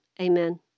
Amen